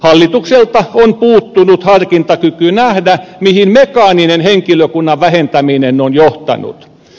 hallitukselta on puuttunut harkintakyky nähdä mihin mekaaninen henkilökunnan vähentäminen on johtanut